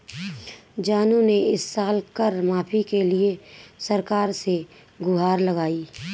जानू ने इस साल कर माफी के लिए सरकार से गुहार लगाई